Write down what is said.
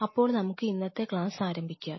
അപ്പോൾ നമുക്ക് ഇന്നത്തെ ക്ലാസ് ആരംഭിക്കാം